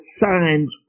signs